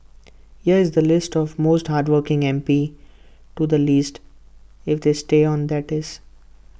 there is A list of the most hardworking M P to the least if they stay on that is